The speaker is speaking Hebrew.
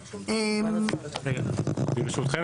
ברשותכם,